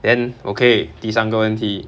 then okay 第三个问题